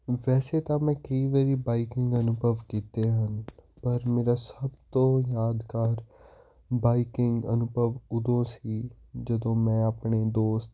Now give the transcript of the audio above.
ਵੈਸੇ ਤਾਂ ਮੈਂ ਕਈ ਵਾਰ ਬਾਈਕਿੰਗ ਅਨੁਭਵ ਕੀਤੇ ਹਨ ਪਰ ਮੇਰਾ ਸਭ ਤੋਂ ਯਾਦਗਾਰ ਬਾਈਕਿੰਗ ਅਨੁਭਵ ਉਦੋਂ ਸੀ ਜਦੋਂ ਮੈਂ ਆਪਣੇ ਦੋਸਤ